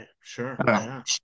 Sure